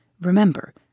Remember